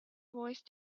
voice